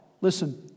listen